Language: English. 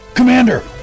Commander